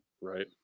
Right